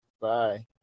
Bye